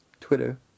Twitter